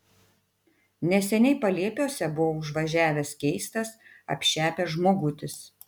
neseniai paliepiuose buvo užvažiavęs keistas apšepęs žmogutis